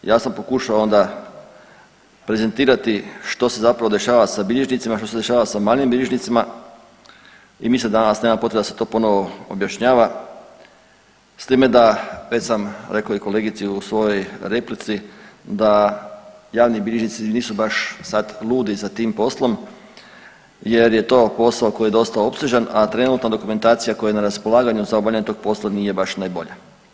Ja sam pokušao onda prezentirati što se zapravo dešava sa bilježnicima, što se dešava sa manjim bilježnicima i mislim danas nema potrebe da se to ponovo objašnjava, s time da već sam rekao i kolegici u svojoj replici da javni bilježnici nisu baš sad ludi za tim poslom jer je to posao koji je dosta opsežan, a trenutna dokumentacija koja je na raspolaganju za obavljanje tog posla nije baš najbolja.